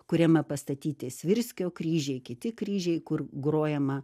kuriame pastatyti svirskio kryžiai kiti kryžiai kur grojama